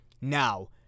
Now